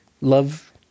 love